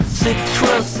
citrus